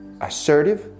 assertive